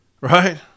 Right